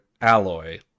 alloy